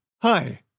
Hi